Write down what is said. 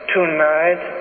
Tonight